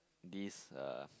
this uh